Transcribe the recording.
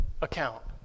account